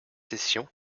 session